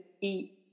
eat